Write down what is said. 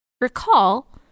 recall